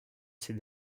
ces